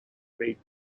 made